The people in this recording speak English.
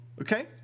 Okay